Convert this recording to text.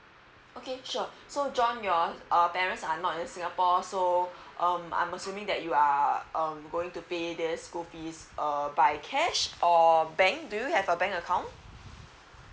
okay sure so john your uh our parents are not in singapore so um I'm assuming that you are um going to pay the school fees uh by cash or bank do you have a bank account